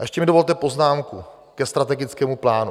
Ještě mi dovolte poznámku ke strategickému plánu.